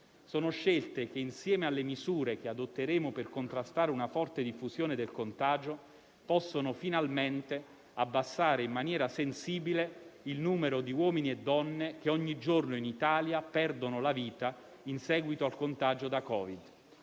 Sono scelte che, insieme alle misure che adotteremo per contrastare una forte diffusione del contagio, potranno finalmente abbassare in maniera sensibile il numero di uomini e donne che ogni giorno in Italia perdono la vita in seguito al contagio da Covid.